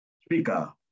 speaker